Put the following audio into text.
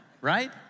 right